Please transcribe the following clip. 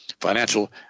Financial